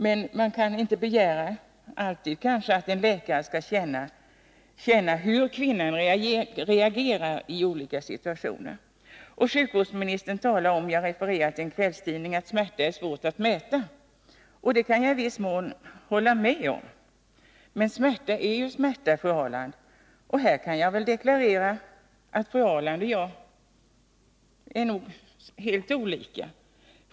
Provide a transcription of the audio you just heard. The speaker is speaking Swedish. Men man kan kanske inte alltid begära att en läkare skall känna hur kvinnan reagerar i olika situationer. Sjukvårdsministern talar om — jag refererar till en kvällstidning — att smärta är svår att mäta. Det kan jag i viss mån hålla med om. Men smärta är ju smärta, fru Ahrland. Jag kan deklararera att fru Ahrland och jag nog är helt olika i det avseendet.